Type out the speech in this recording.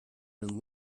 been